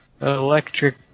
Electric